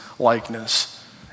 Likeness